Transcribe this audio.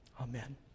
Amen